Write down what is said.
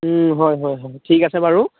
হয় হয় হয় ঠিক আছে বাৰু